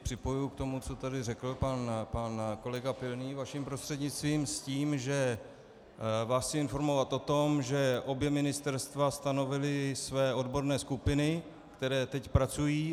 Připojuji se k tomu, co tady řekl pan kolega Pilný, vaším prostřednictvím, s tím, že vás chci informovat o tom, že obě ministerstva stanovila své odborné skupiny, které teď pracují.